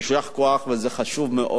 יישר כוח, וזה חשוב מאוד.